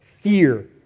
fear